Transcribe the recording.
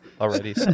already